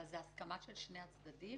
אבל זה הסכמה של שתי הצדדים?